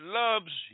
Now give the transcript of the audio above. loves